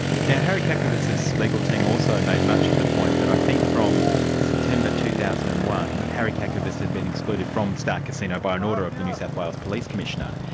now harry kakavas's legal team also made much of the point that i think from september two thousand and one, harry kakavas had been excluded from star casino by an order of the new south wales police commissioner,